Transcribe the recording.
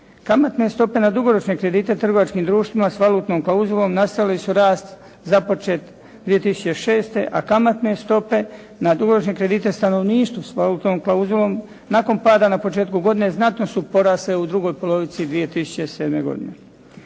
Kamatne stope na dugoročne kredite trgovačkim društvima s valutnom klauzulom nastavile su rast započet 2006., a kamatne stope na dugoročne kredite stanovništvu s valutnom klauzulom nakon pada na početku godine znatno su porasle u drugoj polovici 2007. godine.